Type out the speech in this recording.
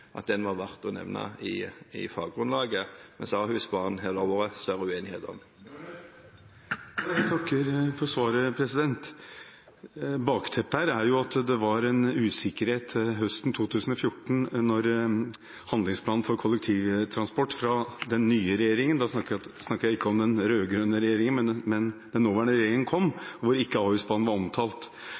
verdt å nevne i faggrunnlaget, mens Ahusbanen har det vært større uenighet om. Jeg takker for svaret. Bakteppet her er at det var en usikkerhet høsten 2014 da Handlingsplan for kollektivtransport fra den nye regjeringen kom – da snakker jeg ikke om den rød-grønne regjeringen, men den nåværende regjeringen – og hvor Ahusbanen ikke var omtalt.